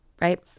right